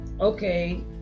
okay